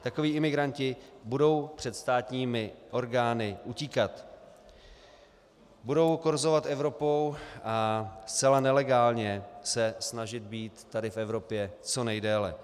Takoví imigranti budou před státními orgány utíkat, budou korzovat Evropou a zcela nelegálně se snažit být tady v Evropě co nejdéle.